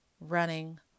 running